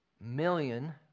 million